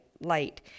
light